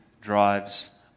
drives